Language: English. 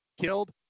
killed